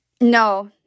No